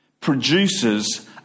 produces